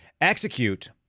execute